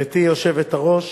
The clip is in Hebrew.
גברתי היושבת-ראש,